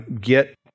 get